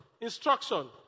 Instruction